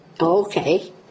okay